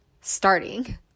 starting